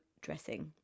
dressing